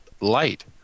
light